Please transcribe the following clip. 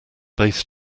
bass